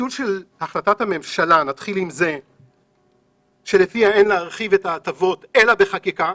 של החלטת הממשלה שלפיה אין להרחיב את ההטבות אלא בחקיקה,